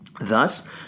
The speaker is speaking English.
Thus